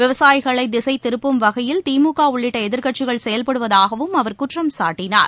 விவசாயிகளை திசை திருப்பும் வகையில் திமுக உள்ளிட்ட எதிர்க்கட்சிகள் செயல்படுவதாகவும் அவர் குற்றம் சாட்டினார்